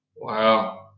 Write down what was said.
Wow